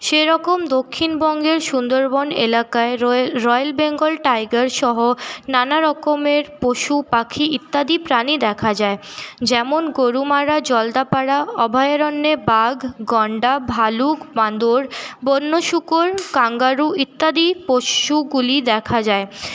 সেরকম দক্ষিণবঙ্গের সুন্দরবন এলাকায় রয়েল রয়্যাল বেঙ্গল টাইগার সহ নানা রকমের পশু পাখি ইত্যাদি প্রাণী দেখা যায় যেমন গরুমারা জলদাপাড়া অভয়ারণ্যে বাঘ গন্ডার ভালুক বাঁদর বন্য শুকুন ক্যাঙ্গারূ ইত্যাদি পশুগুলি দেখা যায়